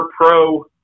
pro